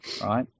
right